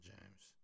James